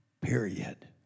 period